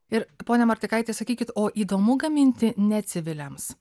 ir pone martikaitis sakykit o įdomu gaminti ne civiliams